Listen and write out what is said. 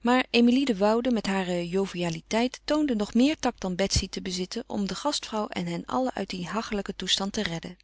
maar emilie de woude met hare jovialiteit toonde nog meer tact dan betsy te bezitten om de gastvrouw en hen allen uit dien hachelijken toestand te redden